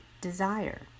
desire